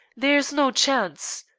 there is no chance!